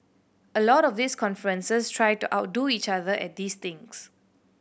a lot of these conferences try to outdo each other at these things